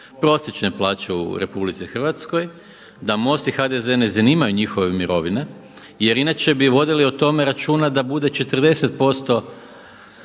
prosječne plaće u RH. Da MOST i HDZ ne zanimaju njihove mirovine jer inače bi vodili o tome računa da bude 40%